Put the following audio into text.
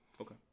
Okay